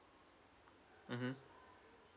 mmhmm